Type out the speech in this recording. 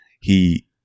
He-